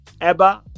EBA